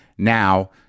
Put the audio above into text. now